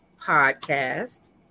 podcast